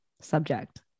subject